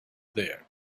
there